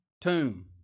tomb